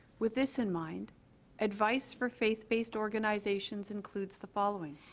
with this in mind advice for faith-based organizations includes the following